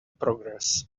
progress